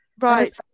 Right